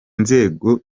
nzego